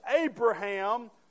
Abraham